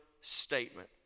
statement